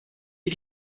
wie